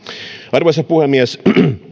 arvoisa puhemies